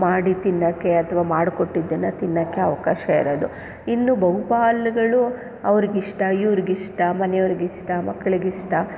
ಮಾಡಿ ತಿನ್ನೋಕ್ಕೆ ಅಥವಾ ಮಾಡ್ಕೊಟ್ಟಿದ್ದನ್ನು ತಿನ್ನೋಕ್ಕೆ ಅವಕಾಶ ಇರೋದು ಇನ್ನು ಬಹುಪಾಲುಗಳು ಅವರಿಗಿಷ್ಟ ಇವರಿಗಿಷ್ಟ ಮನೆಯವರಿಗಿಷ್ಟ ಮಕ್ಕಳಿಗಿಷ್ಟ